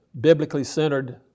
biblically-centered